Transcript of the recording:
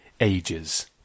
ages